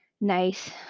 nice